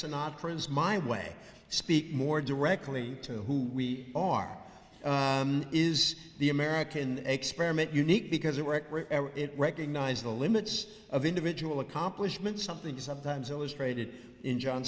sinatra's my way speak more directly to who we are is the american experimenting unique because it works it recognize the limits of individual accomplishment something sometimes illustrated in john